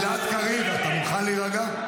גלעד קריב, אתה מוכן להירגע?